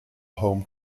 home